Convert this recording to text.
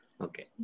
okay